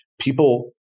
people